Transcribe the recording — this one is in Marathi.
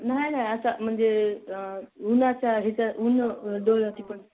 नाही नाही आ म्हणजे ऊन्हाचा याच्या ऊनं डोळ्यात येतं